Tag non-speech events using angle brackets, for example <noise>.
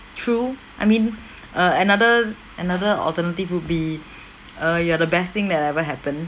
true I mean <noise> uh another another alternative would be <breath> err you are the best thing that ever happened